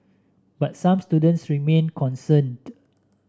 but some students remain concerned